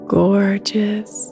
gorgeous